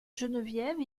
geneviève